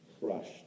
crushed